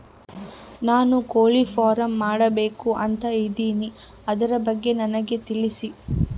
ನಾನು ಕೋಳಿ ಫಾರಂ ಮಾಡಬೇಕು ಅಂತ ಇದಿನಿ ಅದರ ಬಗ್ಗೆ ನನಗೆ ತಿಳಿಸಿ?